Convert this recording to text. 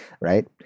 Right